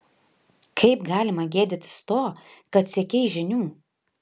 kaip galima gėdytis to kad siekei žinių